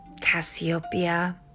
Cassiopeia